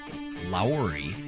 Lowry